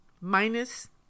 minus